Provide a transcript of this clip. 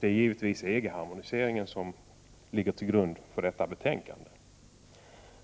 Det är givetvis EG-harmoniseringen som ligger till grund för detta ställningstagande.